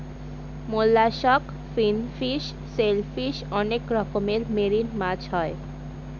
mollusc, finfish, shellfish অনেক রকমের marine মাছ হয়